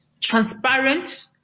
transparent